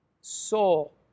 soul